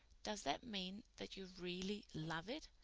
does that mean that you really love it?